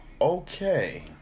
Okay